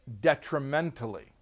detrimentally